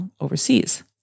overseas